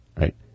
right